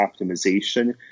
optimization